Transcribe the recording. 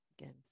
Again